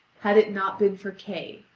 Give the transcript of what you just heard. had it not been for kay,